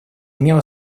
имело